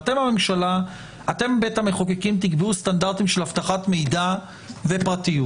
אתם בית המחוקקים תקבעו סטנדרטים של אבטחת מידע ופרטיות.